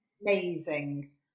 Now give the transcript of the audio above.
Amazing